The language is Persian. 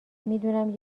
میدونم